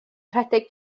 rhedeg